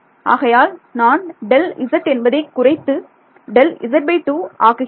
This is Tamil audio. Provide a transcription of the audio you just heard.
ஆகையால் நான் Δz என்பதை குறைத்து Δz2 ஆக்குகிறேன்